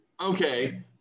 okay